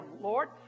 Lord